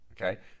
okay